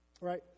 right